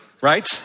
right